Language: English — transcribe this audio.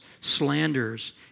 slanders